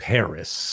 Paris